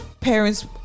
parents